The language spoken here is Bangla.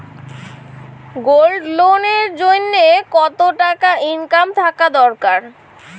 গোল্ড লোন এর জইন্যে কতো টাকা ইনকাম থাকা দরকার?